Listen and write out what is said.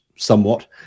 somewhat